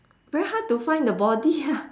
very hard to find the body ah